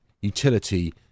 utility